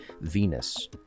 Venus